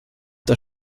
das